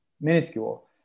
minuscule